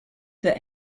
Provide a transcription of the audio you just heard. that